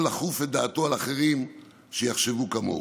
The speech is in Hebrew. לכוף את דעתו על אחרים שיחשבו כמוהו.